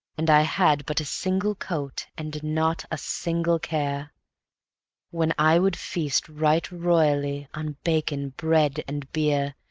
and i had but a single coat, and not a single care when i would feast right royally on bacon, bread and beer,